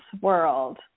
world